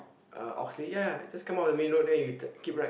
uh Oxley ya ya just come out of the main road then you tu~ keep right